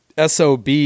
SOB